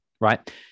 right